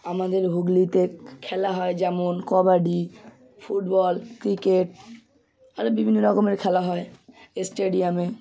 আমাদের হুগলিতে খেলা হয় যেমন কবাডি ফুটবল ক্রিকেট আরও বিভিন্ন রকমের খেলা হয় স্টেডিয়ামে